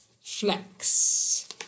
Flex